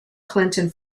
clinton